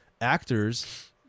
actors